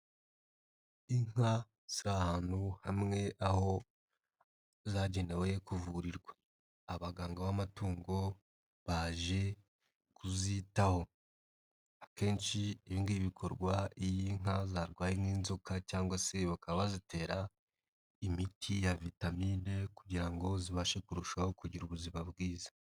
Inka ziri ahantu hamwe aho zagenewe kuvurirwa. Abaganga b'amatungo baje kuzitaho. Akenshi ibi ngibi bikorwa iyo inka zarwaye nk'inzoka cyangwa se bakaba bazitera imiti ya vitamine kugira ngo zibashe kurushaho kugira ubuzima bwiza.